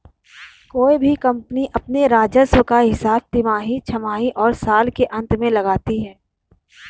कोई भी कम्पनी अपने राजस्व का हिसाब हर तिमाही, छमाही और साल के अंत में लगाती है